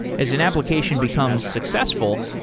as an application becomes successful,